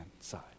side